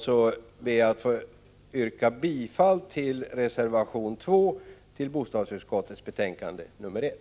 Jag ber att få yrka bifall till reservation 2 till bostadsutskottets betänkande nr 1.